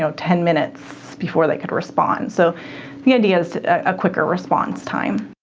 so ten minutes before they could respond. so the idea is a quicker response time.